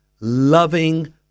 loving